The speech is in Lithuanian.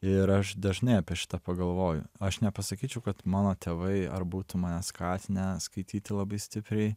ir aš dažnai apie šitą pagalvoju aš nepasakyčiau kad mano tėvai ar būtų mane skatinę skaityti labai stipriai